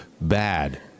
bad